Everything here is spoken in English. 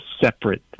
separate